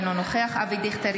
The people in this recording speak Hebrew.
אינו נוכח אבי דיכטר,